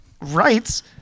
rights